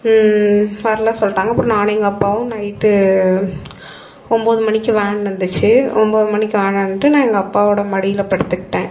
வரலை சொல்லிட்டாங்க அப்புறம் நானும் எங்கள் அப்பாவும் நைட்டு ஒம்பது மணிக்கு வேன் வந்துச்சு ஒம்பது மணிக்கு வேன் வந்துட்டு நான் எங்கள் அப்பாவோடய மடியில் படுத்துக்கிட்டேன்